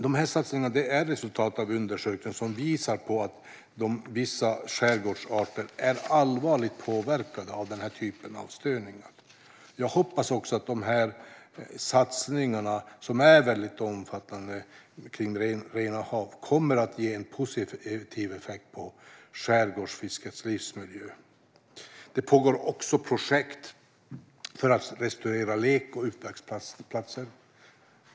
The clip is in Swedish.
Dessa satsningar är resultatet av undersökningar som visar på att vissa skärgårdsarter är allvarligt påverkade av den här typen av störningar. Jag hoppas att dessa omfattande satsningar på renare hav kommer att ha en positiv effekt på skärgårdsfiskets livsmiljö. Det pågår också projekt för att restaurera lek och uppväxtplatser.